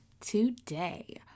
Today